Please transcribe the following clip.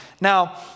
Now